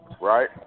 right